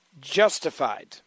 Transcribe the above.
Justified